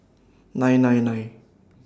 nine nine nine